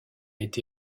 été